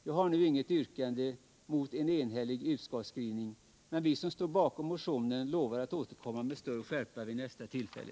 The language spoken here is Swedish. Jag har nu inget yrkande mot en enhällig utskottsskrivning, men vi som står bakom motionen lovar att återkomma med större skärpa vid nästa tillfälle.